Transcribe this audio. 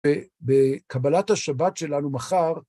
ובקבלת השבת שלנו מחר,